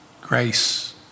Grace